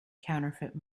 counterfeit